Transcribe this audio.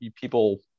people